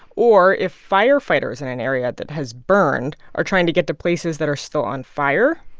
or if firefighters in an area that has burned are trying to get to places that are still on fire.